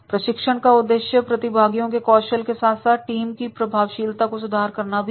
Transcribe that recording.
प्रशिक्षण का उद्देश्य प्रतिभागियों के कौशल के साथ साथ टीम की प्रभावशीलता को सुधार करना भी है